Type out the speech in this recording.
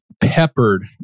peppered